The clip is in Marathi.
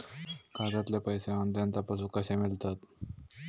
खात्यातले पैसे ऑनलाइन तपासुक कशे मेलतत?